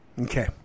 Okay